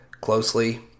closely